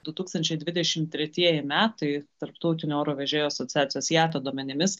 du tūkstančiai dvidešim tretieji metai tarptautinio oro vežėjų asociacijos iata duomenimis